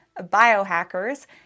biohackers